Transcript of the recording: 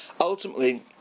ultimately